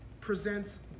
presents